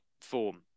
form